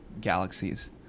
galaxies